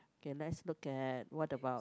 okay let's look at what about